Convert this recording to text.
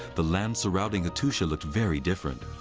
the land surrounding hattusha looked very different.